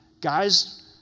Guys